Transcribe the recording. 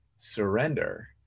surrender